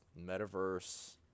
Metaverse